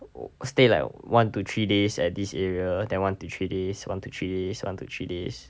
wo~ stay like one to three days at this area then one to three days one to three days one to three days